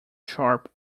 sharp